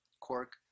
cork